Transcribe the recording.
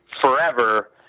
forever